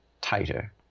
tighter